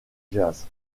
jazz